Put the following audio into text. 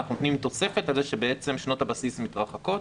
אנחנו נותנים תוספת על זה שבעצם שנות הבסיס מתרחקות,